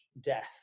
death